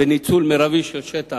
וניצול מרבי של שטח,